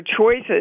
choices